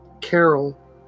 Carol